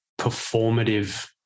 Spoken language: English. performative